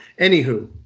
anywho